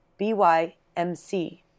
BYMC